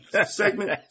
segment